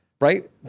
right